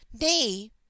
nay